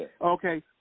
Okay